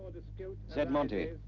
said monty,